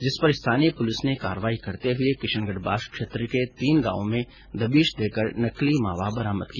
जिस पर स्थानीय पुलिस ने कार्रवाई करते हुए किशनगढ़ बास क्षेत्र के तीन गांवों में दबिश देकर नकली मावा बरामद किया